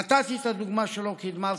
נתתי את הדוגמה של לוקהיד מרטין,